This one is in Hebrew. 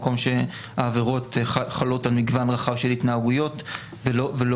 מקום שהעבירות חלות על מגוון רחב של התנהגויות ולא